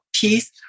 peace